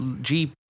jeep